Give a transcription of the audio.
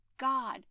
God